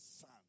son